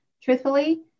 truthfully